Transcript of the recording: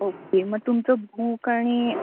okay मग तुमचं भूक आणि